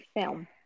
film